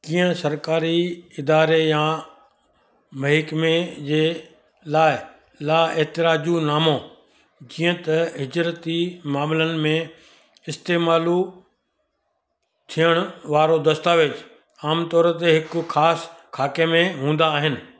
कीअं सरकारी इदारे या महिकमे जे लाइ ला एतराजू नामो जीअं त हिजरति मामलनि में इस्तेमालु थिअणु वारो दस्तावेज़ु आमतौर ते हिकु ख़ासि ख़ाके में हूंदा आहिनि